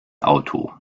auto